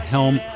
Helm